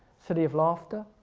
city of laughter?